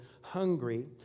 hungry